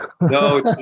no